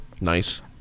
Nice